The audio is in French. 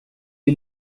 est